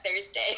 Thursday